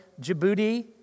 Djibouti